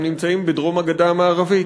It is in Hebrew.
הם נמצאים בדרום הגדה המערבית.